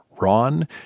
Ron